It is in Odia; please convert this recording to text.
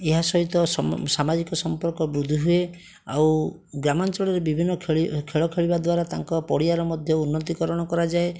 ଏହା ସହିତ ସାମାଜିକ ସମ୍ପର୍କ ବୃଦ୍ଧି ହୁଏ ଆଉ ଗ୍ରାମାଞ୍ଚଳ ରେ ବିଭିନ୍ନ ଖେଳି ଖେଳ ଖେଳିବା ଦ୍ଵାରା ତାଙ୍କ ପଡ଼ିଆରେ ମଧ୍ୟ ଉନ୍ନତି କରଣ କରାଯାଏ